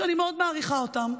שאני מאוד מעריכה אותם,